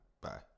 bye